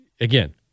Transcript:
again